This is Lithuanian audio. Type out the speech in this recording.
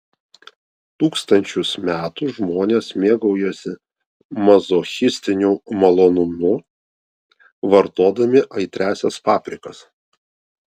tūkstančius metų žmonės mėgaujasi mazochistiniu malonumu vartodami aitriąsias paprikas